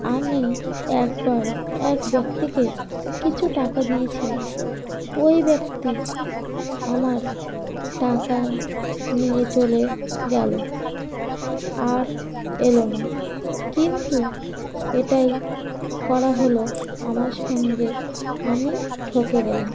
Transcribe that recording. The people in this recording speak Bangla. আমি একবার এক ব্যক্তিকে কিছু টাকা দিয়েছিলাম ওই ব্যক্তি আমার টাকা নিয়ে চলে গেল আর এলো না কিন্তু এটাই করা হলো আমার সঙ্গে আমি ঠকে গেলাম